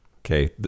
Okay